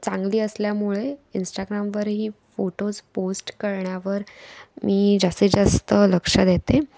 चांगली असल्यामुळे इंस्टाग्रामवरही फोटोज पोस्ट करण्यावर मी जास्तीतजास्त लक्ष देते